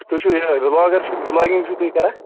تُہۍ چھِوٕ یہِ بُلاگر چھِ بُلاگِنگ چھِو تُہۍ کَران